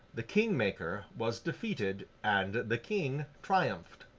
the king-maker was defeated, and the king triumphed.